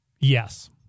Yes